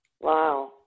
Wow